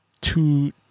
two